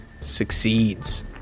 Succeeds